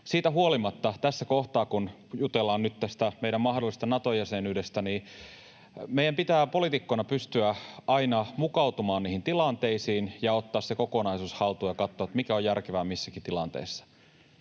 Siitä huolimatta tässä kohtaa, kun jutellaan nyt tästä meidän mahdollisesta Nato-jäsenyydestämme, meidän pitää poliitikkoina pystyä aina mukautumaan niihin tilanteisiin ja ottaa se kokonaisuus haltuun ja katsoa, mikä on järkevää missäkin tilanteessa.